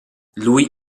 lui